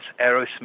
Aerosmith